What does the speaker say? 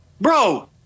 Bro